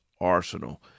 arsenal